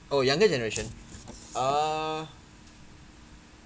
oh younger generation uh